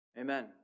Amen